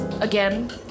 again